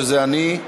שזה אני.